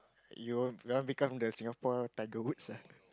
you want become the Singapore Tiger-Woods ah